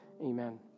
Amen